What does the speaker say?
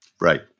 Right